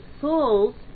souls